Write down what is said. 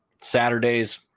Saturdays